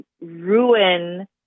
ruin